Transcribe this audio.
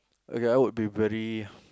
okay I would be very